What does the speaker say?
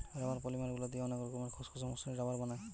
rubber polymer গুলা দিয়ে অনেক রকমের খসখসে, মসৃণ রাবার বানায়